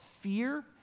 fear